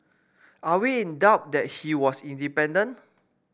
are we in doubt that he was independent